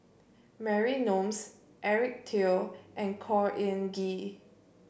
Mary Eric Teo and Khor Ean Ghee